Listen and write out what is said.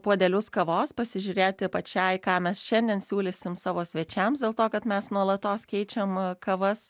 puodelius kavos pasižiūrėti pačiai ką mes šiandien siūlysim savo svečiams dėl to kad mes nuolatos keičiam kavas